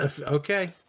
Okay